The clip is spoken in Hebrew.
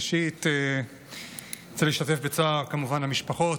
ראשית אני כמובן רוצה להשתתף בצער המשפחות,